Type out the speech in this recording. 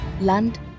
land